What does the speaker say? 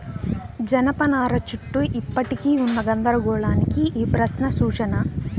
జనపనార చుట్టూ ఇప్పటికీ ఉన్న గందరగోళానికి ఈ ప్రశ్న సూచన